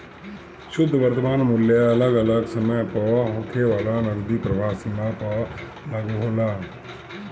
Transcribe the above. शुद्ध वर्तमान मूल्य अगल अलग समय पअ होखे वाला नगदी प्रवाह सीमा पअ लागू होला